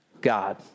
God